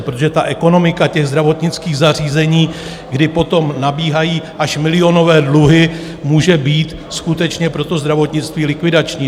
Protože ekonomika těch zdravotnických zařízení, kdy potom nabíhají až milionové dluhy, může být skutečně pro zdravotnictví likvidační.